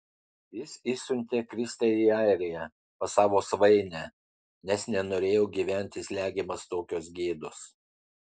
jis išsiuntė kristę į airiją pas savo svainę nes nenorėjo gyventi slegiamas tokios gėdos